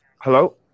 Hello